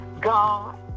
God